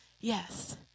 yes